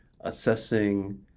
assessing